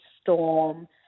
Storm